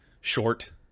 short